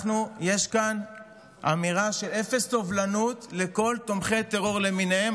יש כאן אמירה של אפס סובלנות לכל תומכי טרור למיניהם,